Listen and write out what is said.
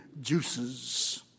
juices